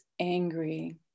angry